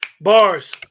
Bars